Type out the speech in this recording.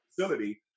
facility